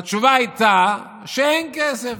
והתשובה הייתה שאין כסף.